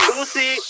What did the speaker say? Lucy